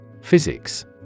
Physics